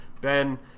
Ben